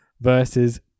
versus